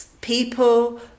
people